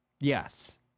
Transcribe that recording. yes